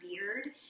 beard